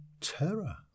terror